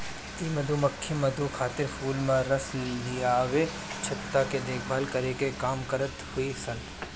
इ मधुमक्खी मधु खातिर फूल के रस लियावे, छत्ता के देखभाल करे के काम करत हई सन